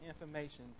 information